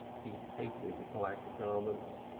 he hated black garments.